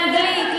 לאנגלית,